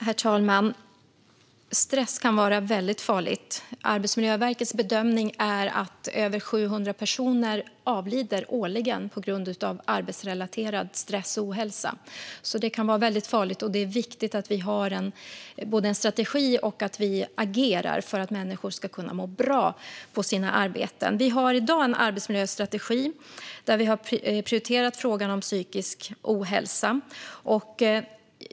Herr talman! Stress kan vara väldigt farligt. Arbetsmiljöverkets bedömning är att över 700 personer årligen avlider på grund av arbetsrelaterad stress och ohälsa. Det kan alltså vara väldigt farligt, och det är viktigt att vi har en strategi och att vi agerar för att människor ska kunna må bra på sina arbeten. Vi har i dag en arbetsmiljöstrategi där vi har prioriterat frågan om psykisk ohälsa.